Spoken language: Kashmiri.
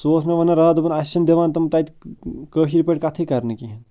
سُہ اوس مےٚ ونان راتھ دوٚپُن اَسہِ چھِنہٕ دِوان تٕم تَتہِ کٲشِر پٲٹھۍ کَتھے کرنہٕ کِہیٖنۍ